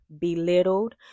belittled